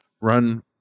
run